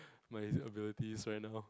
my abilities right now